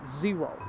zero